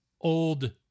old